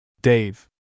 Dave